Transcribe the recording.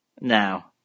Now